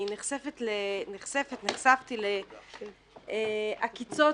נחשפתי לעקיצות.